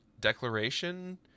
declaration